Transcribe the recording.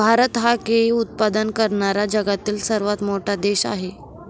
भारत हा केळी उत्पादन करणारा जगातील सर्वात मोठा देश आहे